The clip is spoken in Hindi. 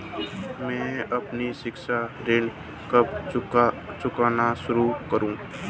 मैं अपना शिक्षा ऋण कब चुकाना शुरू करूँ?